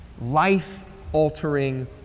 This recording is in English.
life-altering